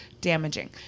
damaging